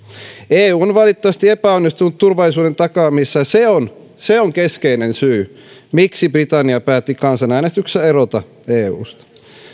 eu on valitettavasti epäonnistunut turvallisuuden takaamisessa ja se on se on keskeinen syy miksi britannia päätti kansanäänestyksessä erota eusta